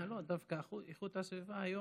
לא, דווקא איכות הסביבה היום,